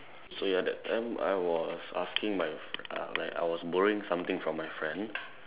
so ya that time I was asking my uh like I was borrowing something from my friend